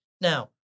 Now